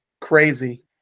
crazy